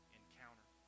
encounter